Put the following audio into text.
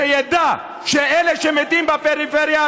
שידע שאלה שמתים בפריפריה,